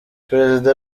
perezida